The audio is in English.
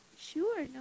Sure